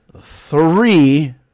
three